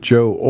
Joe